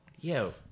Yo